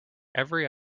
every